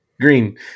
Green